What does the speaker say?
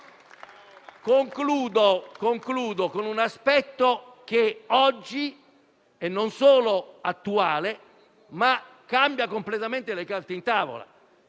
Concludo, citando un aspetto che oggi non solo è attuale ma cambia anche completamente le carte in tavola.